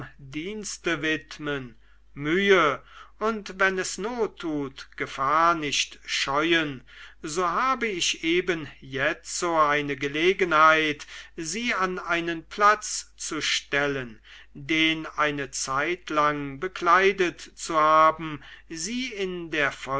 dienste widmen mühe und wenn es not tut gefahr nicht scheuen so habe ich eben jetzo eine gelegenheit sie an einen platz zu stellen den eine zeitlang bekleidet zu haben sie in der